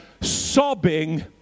sobbing